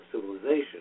civilization